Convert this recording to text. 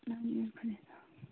بِہو خدایَس حَوال